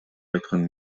айткан